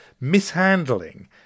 mishandling